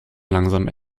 langsam